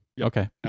Okay